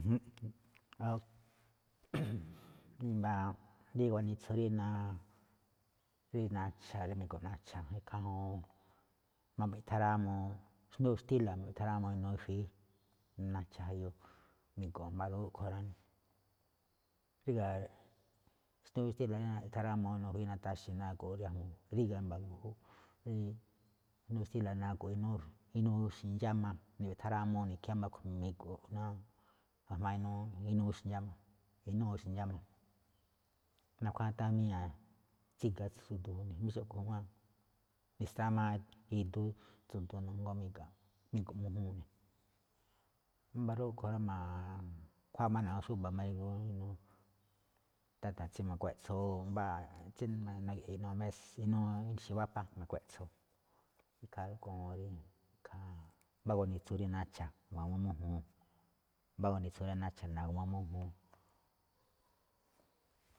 i̱mba̱ rí gunitsu naa rí nacha̱ rí mi̱go̱ꞌ nahca̱ ikhaa juun nawiꞌthá rámuu xndúu xtíla̱ nawiꞌthá rámuu inuu i̱fui̱í, nacha̱ jayu me̱go̱ꞌ, wámba̱ rúꞌkhue̱n rá. Ríga̱ xndúu xtíla̱ rí nawiꞌthá rámuu ifui̱í nataxe̱ nago̱ꞌ ríga̱ i̱mba̱ júꞌ. Rí xndúu xtíla̱ nago̱ꞌ inuu inúu ixe̱ ndxáma, ma̱wiꞌthá rámuu ne̱ ikhín, wámba̱ rúꞌkhue̱n mi̱go̱ꞌ jma̱á ga̱jma̱á inúu ixe̱ ndxáma, inúu ixe̱ ndxáma, nakhuáa tháan míña̱ tsíga tsu̱du̱u̱ ne̱ jamí xúꞌkhue̱n máꞌ mi̱strámáá idú tsu̱du̱u̱ ne̱ jngó mi̱ga̱, mi̱go̱ꞌ mújúun. Wámba̱ rúꞌkhue̱n rá ma̱khuáa máꞌ ne̱ awúun xúba̱ ma̱ri̱gu inuu, táta̱ tsí ma̱kueꞌtso, o mbáa tsí na̱ge̱ꞌe̱ inuu mésa̱, inuu ixe̱ wapa ma̱kueꞌtso, ikhaa rúꞌkhue̱n ñajuun rí ikhaa mbá gunitsu rí nacha̱ na̱gu̱ma mújúun, mbá gunitsu rí nacha̱ na̱gu̱ma mújúun.